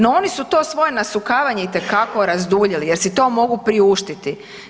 No oni su to svoje nasukavanje itekako razduljili jer si to mogu priuštiti.